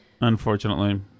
Unfortunately